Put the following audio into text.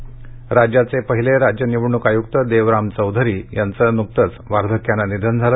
निधन राज्याचे पहिले राज्य निवडणूक आयुक्त देवराम चौधरी यांचं नुकतंच वार्धक्यानं निधन झालं